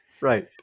Right